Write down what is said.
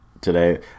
today